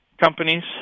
companies